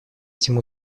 этим